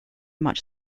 much